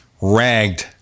ragged